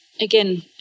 again